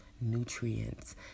nutrients